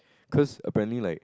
cause apparently like